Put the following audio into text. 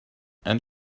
and